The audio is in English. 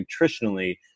nutritionally